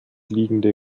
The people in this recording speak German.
liegende